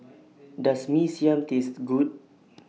Does Mee Siam Taste Good